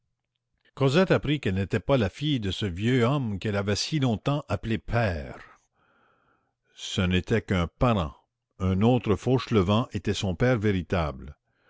cosette apprit qu'elle n'était pas la fille de ce vieux homme qu'elle avait si longtemps appelé père ce n'était qu'un parent un autre fauchelevent était son père véritable